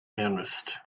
earnest